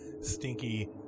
stinky